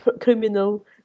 criminal